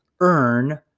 earn